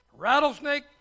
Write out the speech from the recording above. Rattlesnake